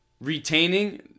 retaining